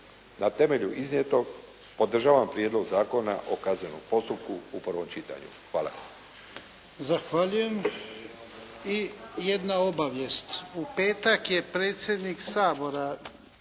Na temelju iznijetog podržavam Prijedlog zakona o kaznenom postupku u prvom čitanju. Hvala.